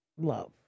love